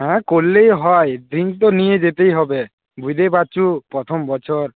হ্যাঁ করলেই হয় ড্রিঙ্কস তো নিয়ে যেতেই হবে বুঝতেই পারছ প্রথম বছর